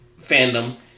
fandom